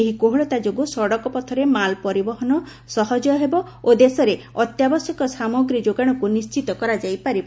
ଏହି କୋହଳତା ଯୋଗୁଁ ସଡ଼କପଥରେ ମାଲ୍ ପରିବହନ ସହଜ ହେବ ଓ ଦେଶରେ ଅତ୍ୟାବଶ୍ୟକୀୟ ସାମଗ୍ରୀ ଯୋଗାଣକୁ ନିଶ୍ଚିତ କରାଯାଇ ପାରିବ